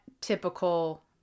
typical